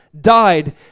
died